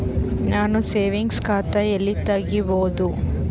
ನಾನು ಸೇವಿಂಗ್ಸ್ ಖಾತಾ ಎಲ್ಲಿ ತಗಿಬೋದು?